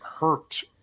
hurt